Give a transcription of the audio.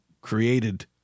created